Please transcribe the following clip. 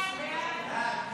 סעיף 3,